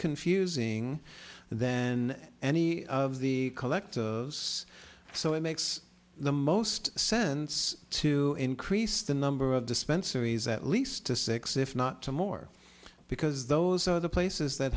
confusing and then any of the collector so it makes the most sense to increase the number of dispensaries at least to six if not more because those are the places that